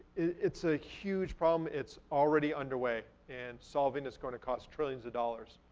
it's a huge problem. it's already underway. and solving is going to cost trillions of dollars.